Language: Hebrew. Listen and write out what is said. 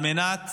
על מנת